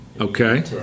Okay